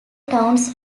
towns